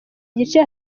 gice